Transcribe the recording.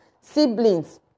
siblings